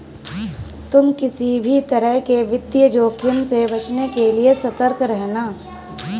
तुम किसी भी तरह के वित्तीय जोखिम से बचने के लिए सतर्क रहना